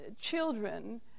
children